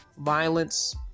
violence